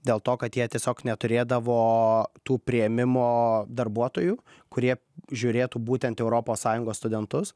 dėl to kad jie tiesiog neturėdavo tų priėmimo darbuotojų kurie žiūrėtų būtent europos sąjungos studentus